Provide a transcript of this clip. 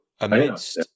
amidst